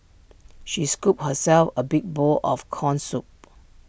she scooped herself A big bowl of Corn Soup